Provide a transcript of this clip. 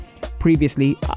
Previously